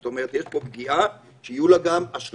זאת אומרת שיש פה פגיעה שיהיו לה גם השלכות